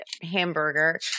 hamburger